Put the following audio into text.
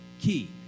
key